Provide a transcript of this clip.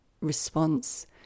response